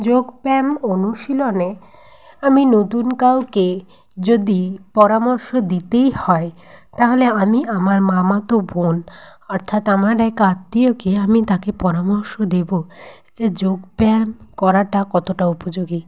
যোগ ব্যায়াম অনুশীলনে আমি নতুন কাউকে যদি পরামর্শ দিতেই হয় তাহলে আমি আমার মামাতো বোন অর্থাৎ আমার এক আত্মীয়কে আমি তাকে পরামর্শ দেবো যে যোগ ব্যায়াম করাটা কতটা উপযোগী